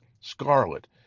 scarlet